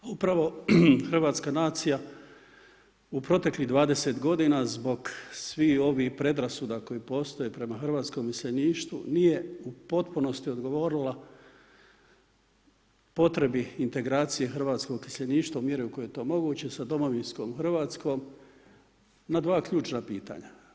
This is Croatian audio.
Upravo hrvatska nacija u proteklih 20 godina zbog svih ovih predrasuda koje postoje prema hrvatskom iseljeništvu nije u potpunosti odgovorila potrebi integracije hrvatskog iseljeništva u mjeri u kojoj je to moguće sa domovinskom Hrvatskom na dva ključna pitanja.